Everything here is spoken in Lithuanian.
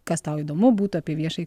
kas tau įdomu būtų apie viešąjį